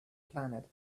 planet